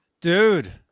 Dude